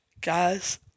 Guys